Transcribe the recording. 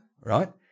right